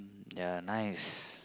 ya nice